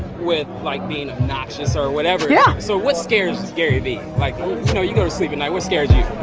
with, like, being obnoxious or whatever. yeah. so what scares garyvee? like you know, you go to sleep at night, what scares you?